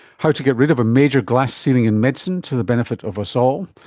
how to get rid of a major glass ceiling in medicine, to the benefit of us all.